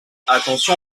attention